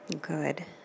Good